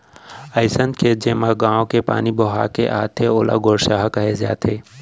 अइसन खेत जेमा गॉंव के पानी बोहा के आथे ओला गोरसहा कहे जाथे